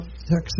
Texas